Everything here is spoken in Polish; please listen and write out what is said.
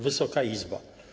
Wysoka Izbo!